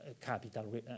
capital